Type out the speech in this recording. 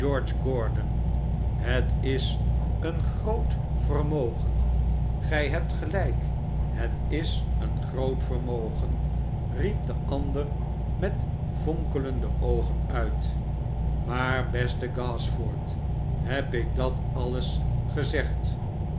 gordon het is een groot vermogeroepen uitverkoren en getrouw gen gij hebt geiijk het is een groot vermogen riep de ander met fonkelende oogen uit maar beste gashford heb ik dat alles gezegd